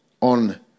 on